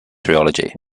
trilogy